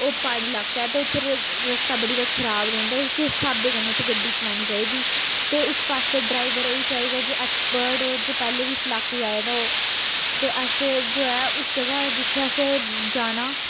ओह् प्हाड़ी लाका ऐ ते उत्थें रस्ता बड़ी बारी खराब रौंह्दा ऐ ते कुस स्हाबै कन्नै उत्थें गड्डी चलानी चाहिदी ते उस पास्सै ड्राइवर ओह् ही चाहिदा जो ऐक्सपर्ट हो जो पैह्ले बी इस लाके आए दा हो ते असें जो ऐ उस जगह् जित्थें अस जाना